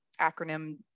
acronym